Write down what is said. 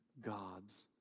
God's